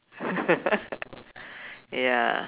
ya